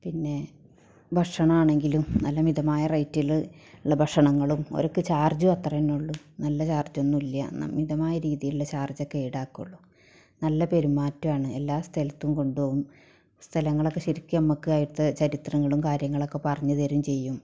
പിന്നെ ഭക്ഷണമാണെങ്കിലും നല്ല മിതമായ റേറ്റിൽ ഉള്ള ഭക്ഷണങ്ങളും ഓര്ക്ക് ചാർജും അത്ര തന്നെ ഉള്ളു നല്ല ചാർജ് ഒന്നുമില്ല മിതമായ രീതിയിലുള്ള ചാർജൊക്കെ ഈടാക്കുകയുള്ളു നല്ല പെരുമാറ്റമാണ് എല്ലാ സ്ഥലത്തും കൊണ്ട് പോവും സ്ഥലങ്ങളൊക്കെ ശരിക്കും നമ്മൾക്കായിട്ട് ചരിത്രങ്ങളും കാര്യങ്ങളുമൊക്കെ പറഞ്ഞ് തരികയും ചെയ്യും